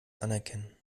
anerkennen